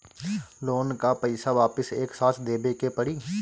Loan का पईसा वापिस एक साथ देबेके पड़ी?